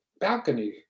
balcony